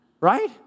right